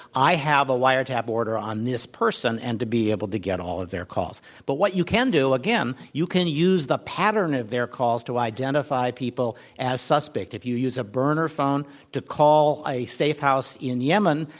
i have a wiretap order on this person, and to be able to get all of their calls. but what you can do, again, you can use the pattern of their calls to identify people as suspect. if you use a bu rner phone to call a safe house in yemen,